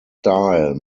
style